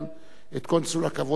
לקונסול הכבוד של ארמניה,